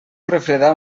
refredar